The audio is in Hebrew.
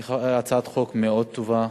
היא הצעת חוק מאוד טובה.